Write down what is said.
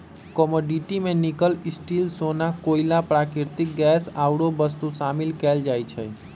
commodity में nickel, steel,, सोना, कोइला, प्राकृतिक गैस आउरो वस्तु शामिल कयल जाइ छइ